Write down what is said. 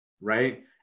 right